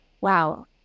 wow